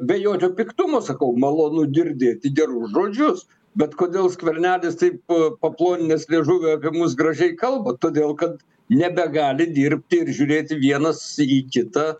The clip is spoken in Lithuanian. be jokio piktumo sakau malonu girdėti gerus žodžius bet kodėl skvernelis taip paploninęs liežuvį apie mus gražiai kalba todėl kad nebegali dirbti ir žiūrėti vienas į kitą